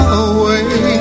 away